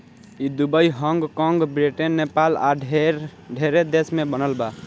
ई Dubai, Hong कॉग, Britain, Nepal आ ढेरे देश में बनल बा